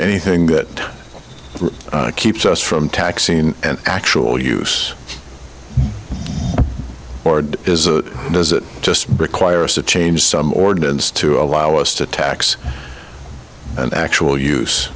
anything that keeps us from taxing and actual use or does it just requires to change some ordinance to allow us to tax and actual use